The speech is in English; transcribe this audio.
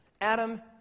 Adam